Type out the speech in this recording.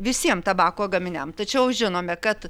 visiem tabako gaminiam tačiau žinome kad